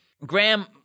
Graham